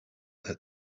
had